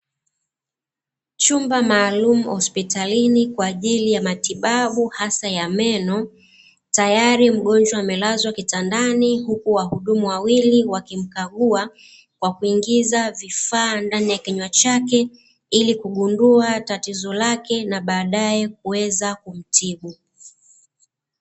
Chumba maalumu hospitalini kwa ajili ya matibabu hasa ya meno, tayari mgonjwa amelazwa kitandani huku wahudumu wawili wakimkagua kwa kuingiza vifaa ndani ya kinywa chake ili kugundua tatizo lake na baadaye kuweza kumtibu.